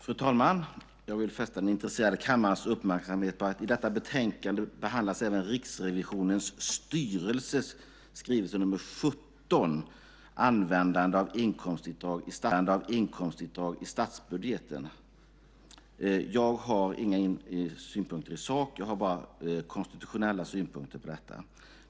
Fru talman! Jag vill fästa den intresserade kammarens uppmärksamhet på att i detta betänkande även behandlas Riksrevisionens styrelses skrivelse nr 17 om användningen av inkomstavdrag i statsbudgeten. Jag har inga synpunkter i sak. Däremot har jag konstitutionella synpunkter på detta.